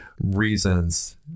reasons